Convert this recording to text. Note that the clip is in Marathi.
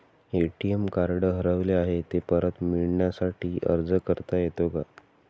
ए.टी.एम कार्ड हरवले आहे, ते परत मिळण्यासाठी अर्ज करता येतो का?